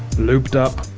lubed up.